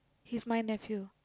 he's my nephew